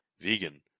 vegan